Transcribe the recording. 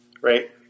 Right